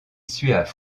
suave